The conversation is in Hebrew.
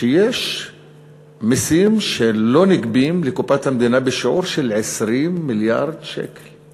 שיש מסים שלא נגבים לקופת המדינה בשיעור של 20 מיליארד שקל.